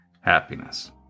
happiness